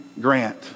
grant